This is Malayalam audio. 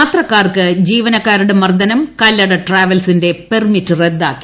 യാത്രക്കാർക്ക് ജീവനക്കാരുടെ മർദ്ദനം കല്ലട ട്രാവൽസിന്റെ പെർമിറ്റ് റദ്ദാക്കി